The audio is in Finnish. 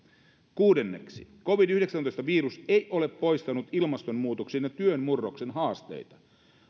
kuudenneksi covid yhdeksäntoista virus ei ole poistanut ilmastonmuutoksen ja työn murroksen haasteita